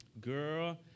Girl